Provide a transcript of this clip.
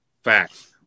Facts